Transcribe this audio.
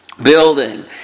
building